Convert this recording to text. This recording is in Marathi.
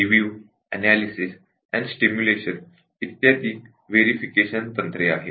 रिव्यू अॅनालिसिस आणि स्टिम्युलेशन इत्यादी व्हेरिफिकेशन टेक्निक्स आहेत